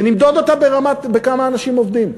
ונמדוד אותה בכמה אנשים עובדים.